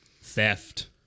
Theft